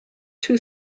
two